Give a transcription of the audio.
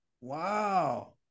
Wow